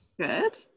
Good